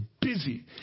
busy